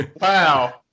Wow